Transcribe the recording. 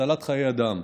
הצלת חיי אדם.